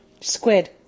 Squid